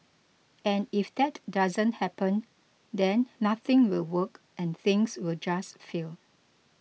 and if that doesn't happen then nothing will work and things will just fail